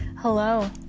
Hello